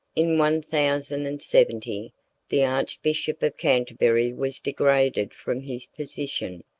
in one thousand and seventy the archbishop of canterbury was degraded from his position,